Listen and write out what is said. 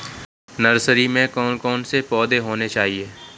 Nursery में कौन कौन से पौधे होने चाहिए?